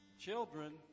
Children